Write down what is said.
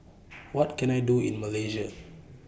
What Can I Do in Malaysia